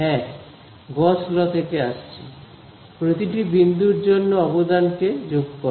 হ্যাঁ Gauss law থেকে আসছে প্রতিটি বিন্দুর জন্য অবদানকে যোগ কর